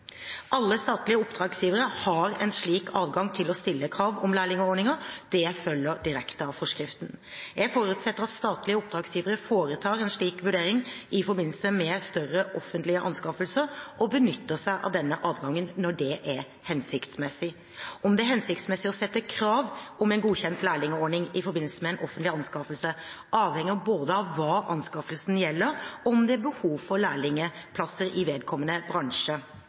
Alle statlige oppdragsgivere har en slik adgang til å stille krav om lærlingordninger. Det følger direkte av forskriften. Jeg forutsetter at statlige oppdragsgivere foretar en slik vurdering i forbindelse med større offentlige anskaffelser og benytter seg av denne adgangen når det er hensiktsmessig. Om det er hensiktsmessig å sette krav om en godkjent lærlingordning i forbindelse med en offentlig anskaffelse, avhenger både av hva anskaffelsen gjelder, og om det er behov for lærlingplasser i vedkommende bransje.